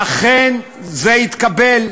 ואכן זה התקבל.